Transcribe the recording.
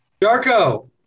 Charco